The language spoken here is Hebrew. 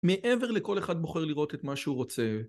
מעבר לכל אחד בוחר לראות את מה שהוא רוצה